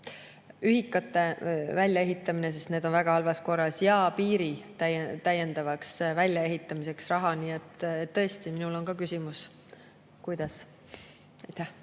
ühikate väljaehitamine, sest need on väga halvas korras. Piiri täiendavaks väljaehitamiseks on raha. Nii et tõesti, minul on ka küsimus, kuidas.